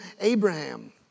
Abraham